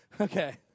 Okay